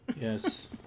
Yes